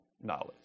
knowledge